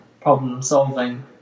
problem-solving